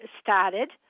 started